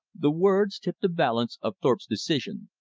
the words tipped the balance of thorpe's decision.